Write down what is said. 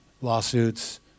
Lawsuits